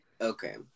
Okay